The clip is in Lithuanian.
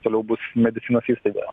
toliau bus medicinos įstaigoje